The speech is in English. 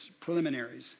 preliminaries